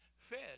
fed